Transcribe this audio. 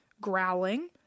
growling